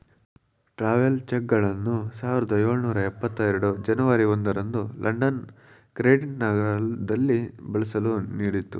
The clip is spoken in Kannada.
ಟ್ರಾವೆಲ್ಸ್ ಚೆಕ್ಗಳನ್ನು ಸಾವಿರದ ಎಳುನೂರ ಎಪ್ಪತ್ತ ಎರಡು ಜನವರಿ ಒಂದು ರಂದು ಲಂಡನ್ ಕ್ರೆಡಿಟ್ ನಗರದಲ್ಲಿ ಬಳಸಲು ನೀಡಿತ್ತು